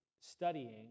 studying